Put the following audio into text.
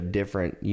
different